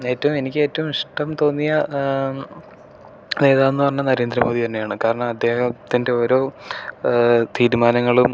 ഏറ്റവും എനിക്കേറ്റവും ഇഷ്ടം തോന്നിയ നേതാവെന്നു പറഞ്ഞാൽ നരേന്ദ്ര മോദി തന്നെയാണ് കാരണം അദ്ദേഹത്തിൻ്റെ ഓരോ തീരുമാനങ്ങളും